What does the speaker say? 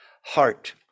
heart